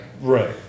Right